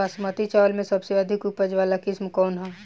बासमती चावल में सबसे अधिक उपज वाली किस्म कौन है?